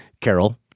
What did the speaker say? carol